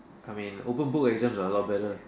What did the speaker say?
I mean open book exams are a lot better